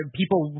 people